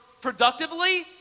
productively